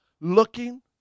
looking